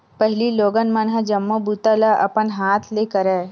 पहिली लोगन मन ह जम्मो बूता ल अपन हाथ ले करय